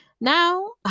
Now